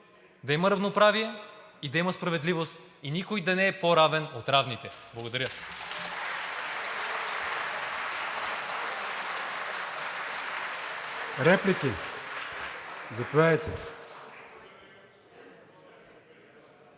да има равноправие и да има справедливост и никой да не е по-равен от равните. Благодаря. (Ръкопляскания